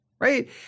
right